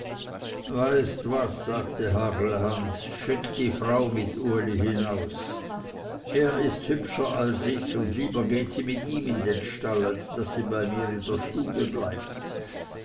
weißt was sagte hagelhans schick die frau mit uli hinaus er ist hübscher als ich und lieber geht sie mit ihm in den stall als daß sie bei mir in der stube bleibt